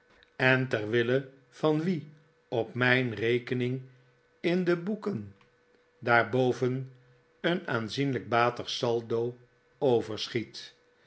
en ter wille van wien op mijn rekening in de boeken daarboven een aanzienlijk batig saldo overschiet